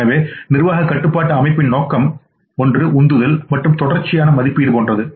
எனவே நிர்வாக கட்டுப்பாட்டு அமைப்பின் நோக்கம் ஒன்று உந்துதல் மற்றும் தொடர்ச்சியான மதிப்பீடு போன்றது